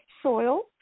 soil